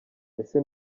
ese